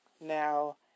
Now